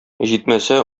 җитмәсә